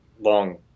long